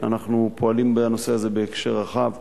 אנחנו פועלים בנושא הזה בהקשר רחב.